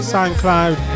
SoundCloud